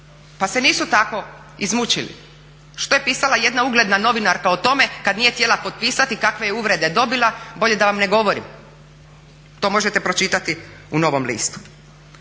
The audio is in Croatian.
pa se nisu tako izmučili. Što je pisala jedna ugledna novinarska o tome kada nije htjela potpisati kakve je uvrede dobila, bolje da vam ne govorim. To možete pročitati u Novom listu